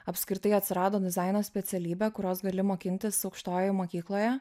apskritai atsirado dizaino specialybė kurios gali mokintis aukštojoj mokykloje